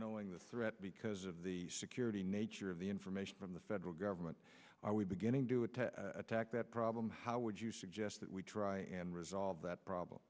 knowing the threat because of the security nature of the information from the federal government are we beginning to attack attack that problem how would you suggest that we try and resolve that problem